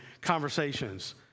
conversations